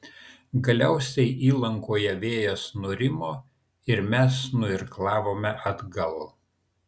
galiausiai įlankoje vėjas nurimo ir mes nuirklavome atgal